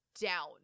down